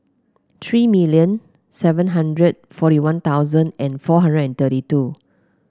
three million seven hundred forty One Thousand and four hundred and thirty two